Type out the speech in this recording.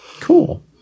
cool